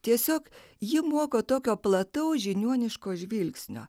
tiesiog ji moko tokio plataus žiniuoniško žvilgsnio